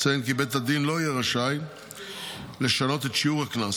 אציין כי בית הדין לא יהיה רשאי לשנות את שיעור הקנס,